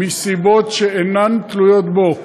מסיבות שאינן תלויות בו.